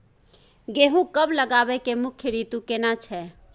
गेहूं कब लगाबै के मुख्य रीतु केना छै?